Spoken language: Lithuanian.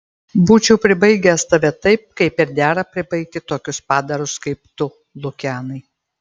būčiau pribaigęs tave taip kaip ir dera pribaigti tokius padarus kaip tu lukianai